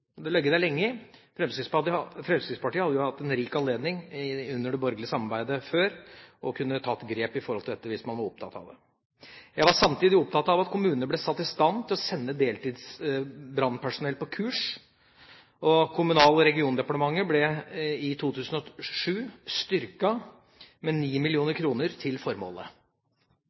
Fremskrittspartiet har hatt rik anledning under det borgerlige samarbeidet til å ta grep om dette, hvis man var opptatt av det. Jeg var samtidig opptatt av at kommunene ble satt i stand til å sende deltidsbrannpersonell på kurs. Kommunal- og regionaldepartementet ble i 2007 styrket med 9 mill. kr til formålet.